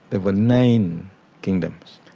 there were nine kingdoms,